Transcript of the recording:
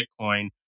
Bitcoin